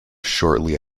shortly